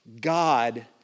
God